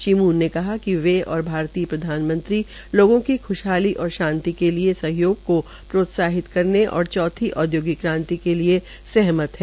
Shri Moon ने कहा कि वे ओर भारतीय प्रधानमंत्री लोगों की ख्शहाली और शांति के लिए सहयोग को प्रोत्साहित करने और चौथी औदयोगिक क्रांति के लिए सहमत है